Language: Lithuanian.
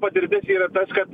patirtis yra tas kad